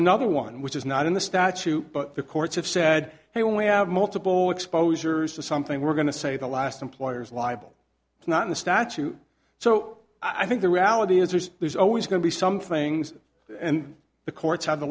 another one which is not in the statute but the courts have said he when we have multiple exposures to something we're going to say the last employer is liable it's not in the statute so i think the reality is there's there's always going to be some things and the courts have the